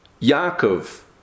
Yaakov